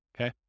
okay